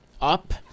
up